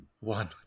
One